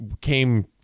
came